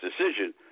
decision